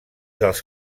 dels